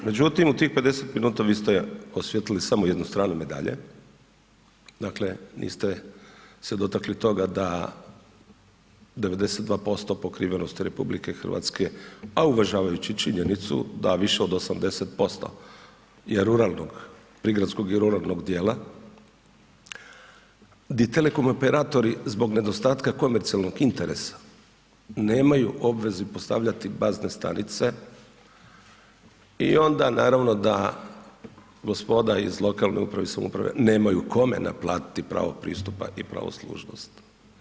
Međutim u tih 50 minuta vi ste osvijetlili samo jednu stranu medalje, dakle niste se dotakli toga da 92% pokrivenost RH, a uvažavajući činjenicu da više od 80% je ruralnog, prigradskog i ruralnog dijela, di telekom operatori zbog nedostatka komercijalnog interesa nemaju obvezu postavljati bazne stanice i onda naravno da gospoda iz lokalne uprave i samouprave nemaju kome naplatiti pravo pristupa i pravo služnosti.